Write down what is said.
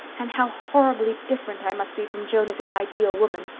and how horribly different i must be from jonas' ideal woman.